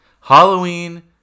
Halloween